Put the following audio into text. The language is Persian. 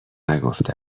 نگفته